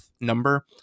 number